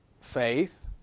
faith